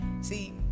see